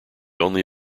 only